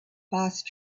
fast